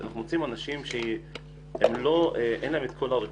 אנחנו רוצים אנשים שאין להם את כל ה --- וכולי.